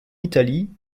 italie